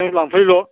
नों लांफै ल'